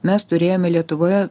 mes turėjome lietuvoje